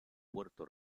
puerto